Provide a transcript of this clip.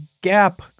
gap